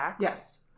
Yes